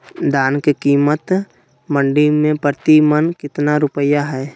धान के कीमत मंडी में प्रति मन कितना रुपया हाय?